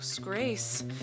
grace